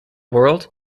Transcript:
world